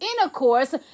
intercourse